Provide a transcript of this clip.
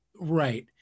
Right